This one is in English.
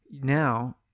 now